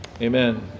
Amen